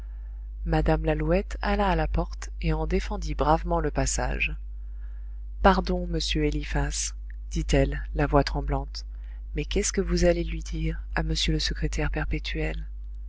mme lalouette alla à la porte et en défendit bravement le passage pardon monsieur eliphas dit-elle la voix tremblante mais qu'est-ce que vous allez lui dire à m le secrétaire perpétuel